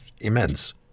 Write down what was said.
immense